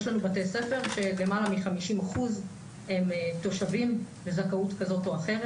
יש לנו בתי ספר שלמעלה מ-50% הם תושבים בזכאות כזו או אחרת,